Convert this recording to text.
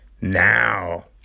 now